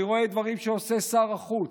אני רואה דברים שעושה שר החוץ: